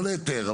לא להיתר,